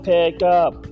Pickup